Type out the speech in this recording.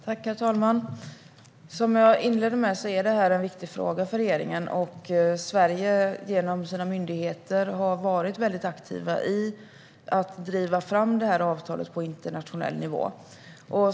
Herr talman! Som jag inledde med att säga är detta en viktig fråga för regeringen. Sverige har genom sina myndigheter varit aktivt i att driva fram avtalet på internationell nivå.